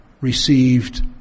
received